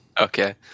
Okay